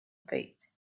fate